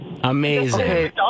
Amazing